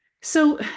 So-